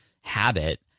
habit